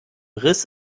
riss